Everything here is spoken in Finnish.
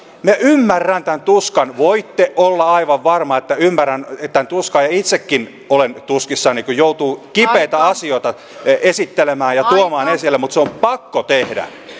minä ymmärrän tämän tuskan voitte olla aivan varma että ymmärrän tämän tuskan ja itsekin olen tuskissani kun joutuu kipeitä asioita esittelemään ja tuomaan esille mutta se on pakko tehdä